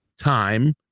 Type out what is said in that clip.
Time